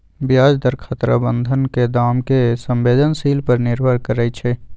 ब्याज दर खतरा बन्धन के दाम के संवेदनशील पर निर्भर करइ छै